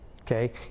Okay